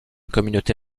communauté